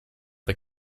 the